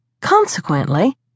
Consequently